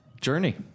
journey